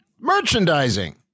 merchandising